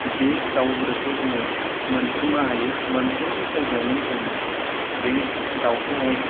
बे दाउ बेदरखौ जोङो मोनफुंनो हायो मोनफ्रोमबो जायगायावनो जोङो बे दाउखौहाय